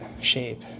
shape